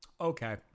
okay